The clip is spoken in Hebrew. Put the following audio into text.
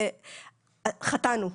חטאנו,